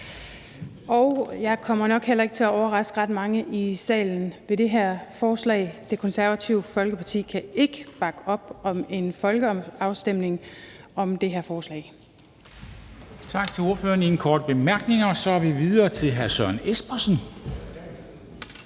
Jeg kommer nok heller ikke til at overraske ret mange i salen ved det her forslag. Det Konservative Folkeparti kan ikke bakke op om en folkeafstemning om det her forslag.